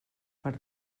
per